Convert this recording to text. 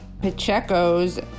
Pacheco's